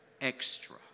extra